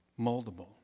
moldable